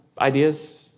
ideas